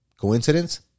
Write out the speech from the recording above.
Coincidence